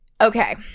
okay